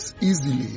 easily